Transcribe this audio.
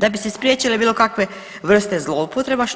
Da bi se spriječile bilo kakve vrste zloupotreba